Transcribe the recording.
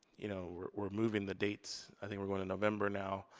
you know we're moving the dates. i think we're going in november now.